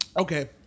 Okay